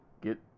get